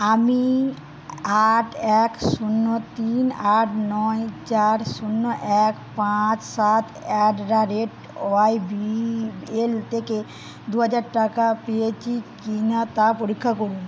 আমি আট এক শূন্য তিন আট নয় চার শূন্য এক পাঁচ সাত অ্যাট দা রেট ওয়াইবিএল থেকে দু হাজার টাকা পেয়েছি কি না তা পরীক্ষা করুন